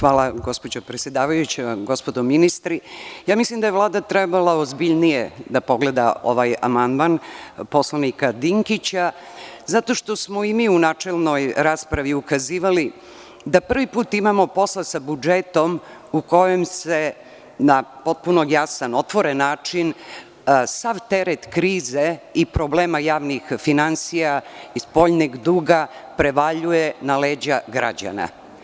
Hvala vam gospođo predsedavajuća, gospodo ministri, mislim da je Vlada trebala ozbiljnije da pogleda ovaj amandman poslanika Dinkića, zato što smo i mi u načelnoj raspravi ukazivali da prvi put imamo posla sa budžetom u kojem se na potpuno jasan, otvoren način sav teret krize i problema javnih finansija i spoljnjeg duga prevaljuje na leđa građana.